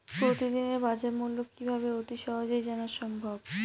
প্রতিদিনের বাজারমূল্য কিভাবে অতি সহজেই জানা সম্ভব?